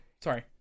Sorry